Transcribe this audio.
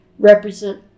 represent